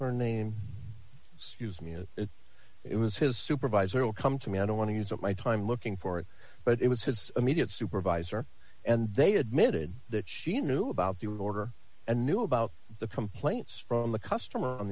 that it was his supervisor will come to me i don't want to use of my time looking for it but it was his immediate supervisor and they admitted that she knew about the order and knew about the complaints from the customer on